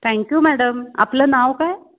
thank you madam आपलं नाव काय